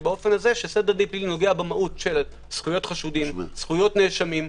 סדר דין פלילי נוגע במהות של זכויות חשודים וזכויות נאשמים.